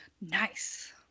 Nice